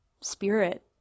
spirit